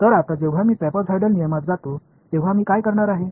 तर आता जेव्हा मी ट्रॅपीझोइडल नियमात जातो तेव्हा मी काय करणार आहे